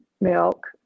milk